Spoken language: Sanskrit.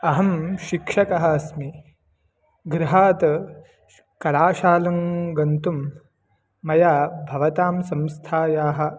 अहं शिक्षकः अस्मि गृहात् कलाशालां गन्तुं मया भवतां संस्थायाः